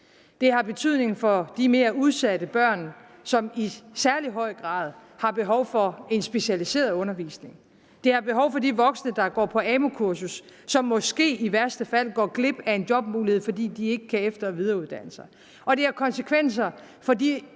Det har betydning for de mere udsatte børn, som i særlig høj grad har behov for en specialiseret undervisning. Det har betydning for de voksne, der går på AMU-kursus, som måske i værste fald går glip af en jobmulighed, fordi de ikke kan efter- og videreuddanne sig, og det har konsekvenser for de